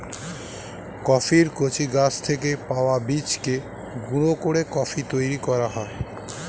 কফির কচি গাছ থেকে পাওয়া বীজকে গুঁড়ো করে কফি তৈরি করা হয়